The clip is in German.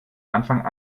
anfang